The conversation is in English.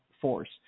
force